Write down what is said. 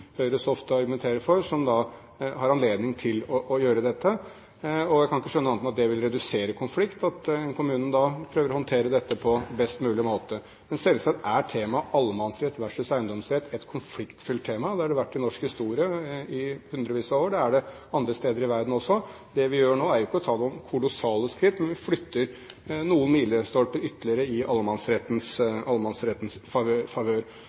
Høyre så ofte argumenterer for – som da har anledning til å gjøre dette. Jeg kan ikke skjønne annet enn at det vil redusere konfliktnivået at kommunen prøver å håndtere dette på best mulig måte. Men selvsagt er temaet allemannsrett versus eiendomsrett et konfliktfylt tema. Det har det vært i norsk historie i hundrevis av år. Det er det andre steder i verden også. Det vi gjør nå, er jo ikke å ta noen kolossale skritt, men vi flytter noen milestolper ytterligere i allemannsrettens favør.